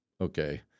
okay